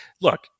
Look